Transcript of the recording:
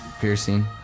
Piercing